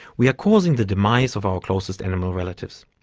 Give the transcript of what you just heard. we are causing the demise of our closest animal relatives.